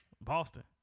Boston